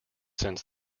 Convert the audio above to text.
since